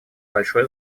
большое